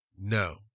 No